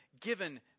given